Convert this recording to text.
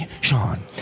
Sean